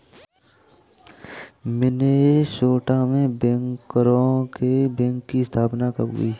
Minnesota में बैंकरों के बैंक की स्थापना कब हुई थी?